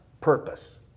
purpose